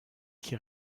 qui